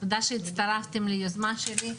תודה שהצטרפתם ליוזמה שלי.